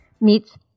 meets